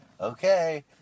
okay